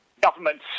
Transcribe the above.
governments